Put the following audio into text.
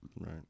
Right